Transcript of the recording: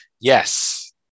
yes